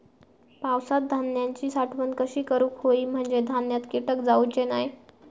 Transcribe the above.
पावसात धान्यांची साठवण कशी करूक होई म्हंजे धान्यात कीटक जाउचे नाय?